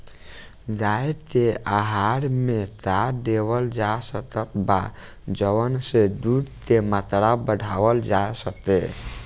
गाय के आहार मे का देवल जा सकत बा जवन से दूध के मात्रा बढ़ावल जा सके?